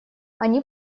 они